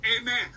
amen